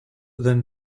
then